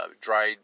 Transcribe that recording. dried